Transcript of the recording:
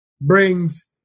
brings